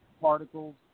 particles